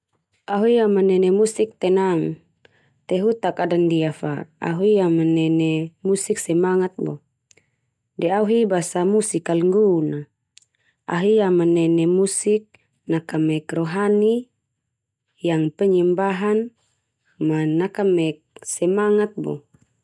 Au hi amanene musik tenang. Te hu ta kada ndia fa au hi amanene musik semangat bo. De au hi basa musik kal nggun na au hi amanene musik nakamek rohani, yang penyembahan, ma nakamek semangat bo.